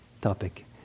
topic